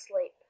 sleep